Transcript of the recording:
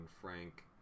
frank